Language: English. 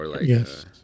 Yes